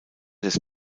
des